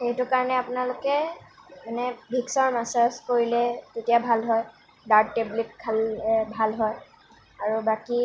সেইটো কাৰণে আপোনালোকে মানে ভিক্সৰ মাছাজ কৰিলে তেতিয়া ভাল হয় ডাৰ্ট টেবলেট খালে ভাল হয় আৰু বাকী